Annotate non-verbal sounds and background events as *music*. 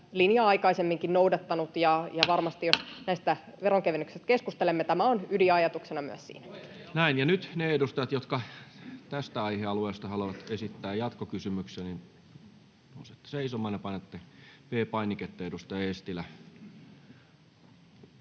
linjaa aikaisemminkin noudattanut, *noise* ja varmasti jos näistä veronkevennyksistä keskustelemme, tämä on ydinajatuksena myös siinä. Näin. — Nyt ne edustajat, jotka tästä aihealueesta haluavat esittää jatkokysymyksiä, nousette seisomaan ja painatte V-painiketta. — Edustaja Eestilä.